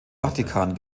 vatikan